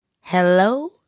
Hello